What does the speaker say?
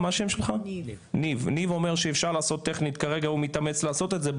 וניב אומר שאפשר לעשות טכנית כרגע הוא מתאמץ לעשות את זה,